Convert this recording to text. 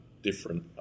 different